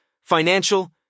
financial